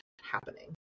happening